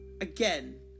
Again